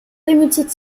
limited